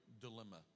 dilemma